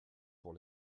pour